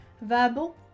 Verbal